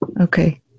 okay